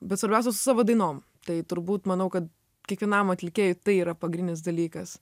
bet svarbiausia su savo dainom tai turbūt manau kad kiekvienam atlikėjui tai yra pagrindinis dalykas